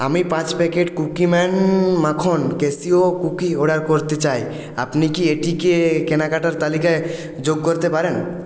আমি পাঁচ packet Cookieman মাখন ক্যাশিউ কুকি অর্ডার করতে চাই আপনি কি এটিকে কেনাকাটার তালিকায় যোগ করতে পারেন